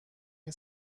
این